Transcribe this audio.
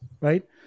right